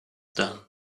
done